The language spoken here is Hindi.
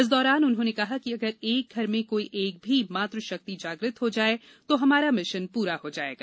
इस दौरान उन्होंने कहा कि अगर एक घर में कोई एक भी मातू शक्ति जाग्रत हो जाए तो हमारा मिशन पूरा हो जाएगा